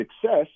success